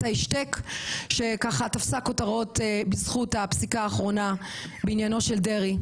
ההשתק שתפסה כותרות בזכות הפסיקה האחרונה בעניינו של דרעי.